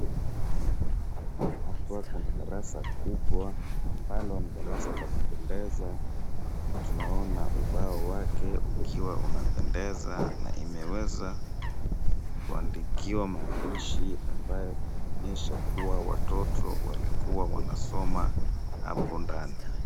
Hapa kuna darasa kubwa ambalo ni darasa la kupendeza. Na tunanona ubao wake ukiwa unapendeza. Na imeweza kuandikiwa maandishi ambayo inaonyehsa kua watoto walikua wanasoma hapo ndani.